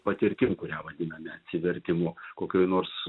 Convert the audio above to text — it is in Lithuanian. patirtim kurią vadiname atsivertimu kokioj nors